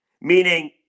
Meaning